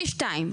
פי שתיים.